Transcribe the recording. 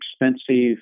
expensive